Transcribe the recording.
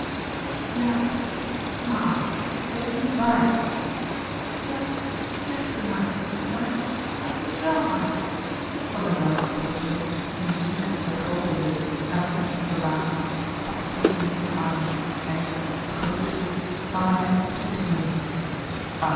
jaap maar addy het is niet waar dat zegt u maar niet waar het is wèl waar van der welcke plotseling nu ziende het groote leed na zijn eerste verbazing pakte zijn kind in zijn armen en op den grooten stoel nam hij hem op zijn knieën